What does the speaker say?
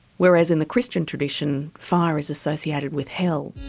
whereas in the christian tradition fire is associated with hell.